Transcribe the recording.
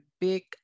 big